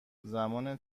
زمان